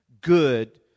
good